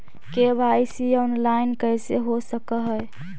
KYC online कैसे हो सक है?